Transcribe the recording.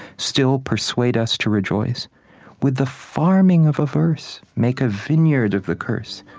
still persuade us to rejoice with the farming of a verse, make a vineyard of the curse,